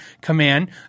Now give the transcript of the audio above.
Command